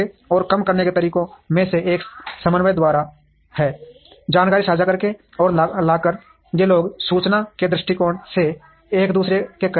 और कम करने के तरीकों में से एक समन्वय द्वारा है जानकारी साझा करके और लाकर ये लोग सूचना के दृष्टिकोण से एक दूसरे के करीब हैं